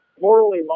Morally